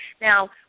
Now